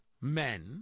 men